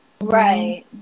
Right